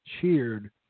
cheered